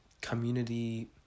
community